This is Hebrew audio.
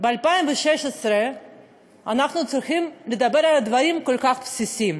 ב-2016 אנחנו צריכים לדבר על דברים כל כך בסיסיים